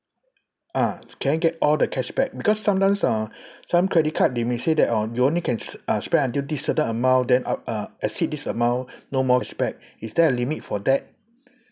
ah can I get all the cashback because sometimes uh some credit card they may say that oh you only can s~ uh spend until this certain amount then up~ uh exceed this amount no more cashback is there a limit for that